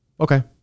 Okay